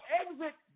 exit